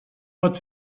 pot